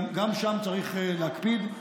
גם שם צריך להקפיד,